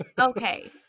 okay